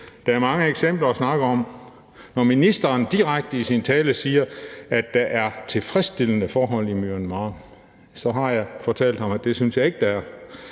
der er mange eksempler at snakke om. Når ministeren direkte i sin tale siger, at der er tilfredsstillende forhold i Myanmar, så har jeg fortalt ham, at det synes jeg ikke der er.